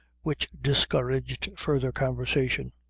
which discouraged further conversation.